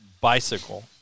bicycle –